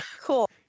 cool